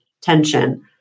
tension